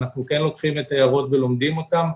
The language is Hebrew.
ואנחנו כן לוקחים את ההערות ולומדים אותן,